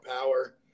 power